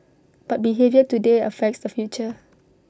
but behaviour today affects the future